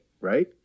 right